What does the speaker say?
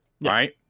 Right